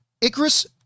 Icarus